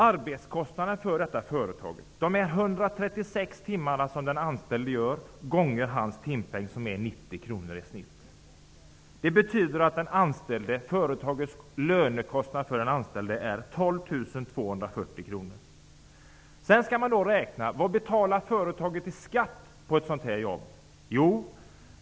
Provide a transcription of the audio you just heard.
Lönekostnaden för detta företag för de 136 timmar som den anställde arbetar multiplicerat med timpenningen, som i genomsnitt är 90 kr, blir 12 240 kr. Man skall sedan räkna ut hur mycket skatt företaget betalar för ett sådant här jobb.